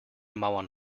mauern